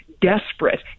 desperate